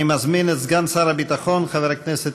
אני מזמין את סגן שר הביטחון חבר הכנסת